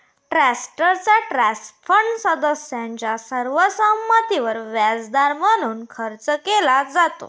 ट्रस्टचा trust fund सदस्यांच्या सर्व संमतीवर व्याजदर म्हणून खर्च केला जातो